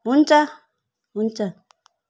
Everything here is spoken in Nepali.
हुन्छ हुन्छ